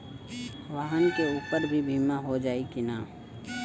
वाहन के ऊपर भी बीमा हो जाई की ना?